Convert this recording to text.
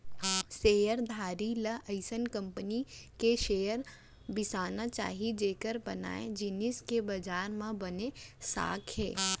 share धारी ल अइसन कंपनी के शेयर बिसाना चाही जेकर बनाए जिनिस के बजार म बने साख हे